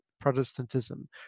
Protestantism